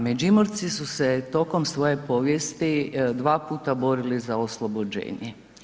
Međimurci su se tokom svoje povijesti 2 puta borili za oslobođenje.